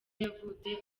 yavutse